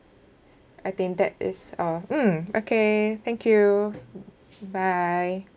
I think that is all mm okay thank you bye